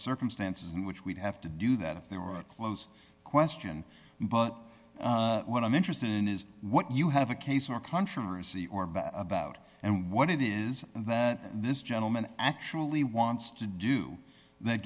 circumstances in which we'd have to do that if there were close question but what i'm interested in is what you have a case or controversy or about about and what it is that this gentleman actually wants to do that